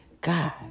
God